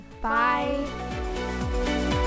Bye